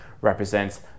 represents